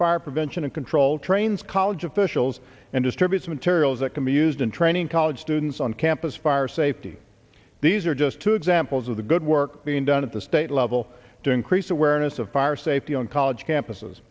fire prevention and control trains college officials and distributes materials that can be used in training college students on campus fire safety these are just two examples of the good work being done at the state level to increase awareness of fire safety on college campuses